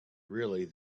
really